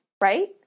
right